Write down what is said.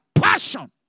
Passion